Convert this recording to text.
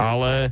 Ale